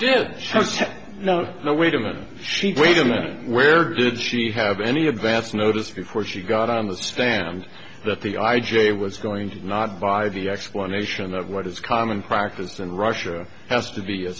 did not know wait a minute she'd wait a minute where did she have any advance notice before she got on the stand that the i j a was going to not buy the explanation of what is common practice in russia has to be